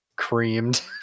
creamed